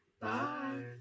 Bye